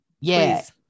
Yes